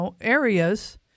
areas –